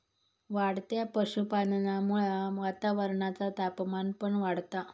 वाढत्या पशुपालनामुळा वातावरणाचा तापमान पण वाढता